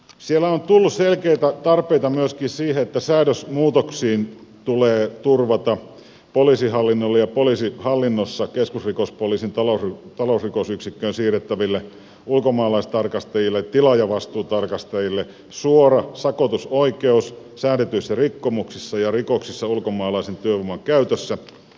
siellä on tullut selkeitä tarpeita myöskin siihen että säädösmuutoksin tulee turvata poliisihallinnolle ja poliisihallinnossa keskusrikospoliisin talousrikosyksikköön siirrettäville ulkomaalaistarkastajille ja tilaajavastuutarkastajille suora sakotusoikeus säädetyissä rikkomuksissa ja rikoksissa ulkomaalaisen työvoiman käytössä